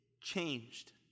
changed